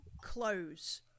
close